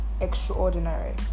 extraordinary